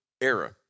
era